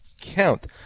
count